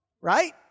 right